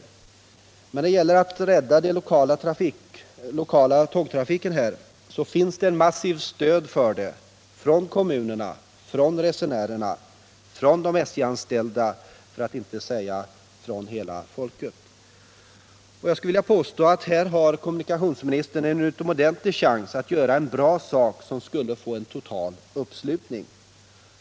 Men när det gäller att rädda den lokala tågtrafiken här, finns det massivt stöd från kommunerna, från resenärerna, från de anställda på SJ-området, för att inte säga från hela folket. Jag skulle vilja påstå att kommunikationsministern här har en utomordentlig chans att göra en bra sak, som skulle kunna få en total uppslutning.